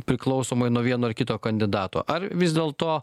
priklausomai nuo vieno ar kito kandidato ar vis dėlto